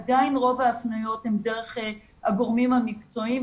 עדיין רוב ההפניות הן דרך הגורמים המקצועיים,